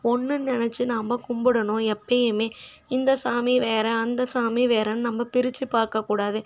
ஒன்றுன்னு நினைச்சி நாம் கும்பிடணும் எப்பயுமே இந்த சாமி வேறு அந்த சாமி வேறுனு நம்ம பிரித்து பார்க்க கூடாது